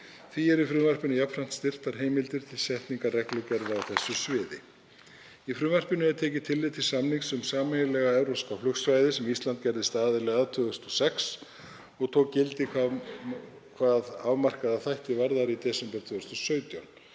Því eru í frumvarpinu jafnframt styrktar heimildir til setningar reglugerða á þessu sviði. Í frumvarpinu er tekið tillit til samnings um sameiginlega evrópska flugsvæðið sem Ísland gerðist aðili að 2006 og tók gildi hvað afmarkaða þætti varðar í desember 2017.